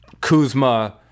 kuzma